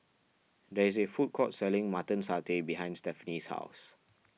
there is a food court selling Mutton Satay behind Stephani's house